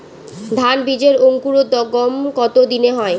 ধান বীজের অঙ্কুরোদগম কত দিনে হয়?